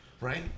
Right